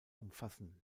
umfassen